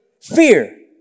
fear